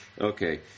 Okay